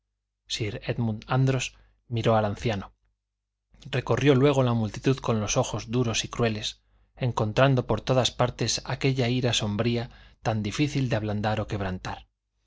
andros miró al anciano recorrió luego la multitud con ojos duros y crueles encontrando por todas partes aquella ira sombría tan difícil de ablandar o quebrantar